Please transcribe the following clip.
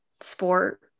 sport